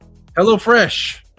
HelloFresh